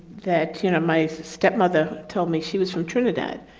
that, you know, my stepmother told me she was from trinidad.